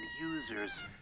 users